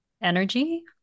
energy